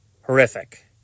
horrific